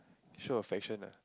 show affection lah